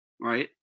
right